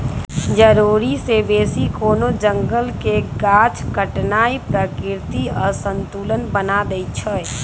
जरूरी से बेशी कोनो जंगल के गाछ काटनाइ प्राकृतिक असंतुलन बना देइछइ